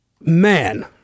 man